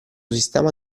sistema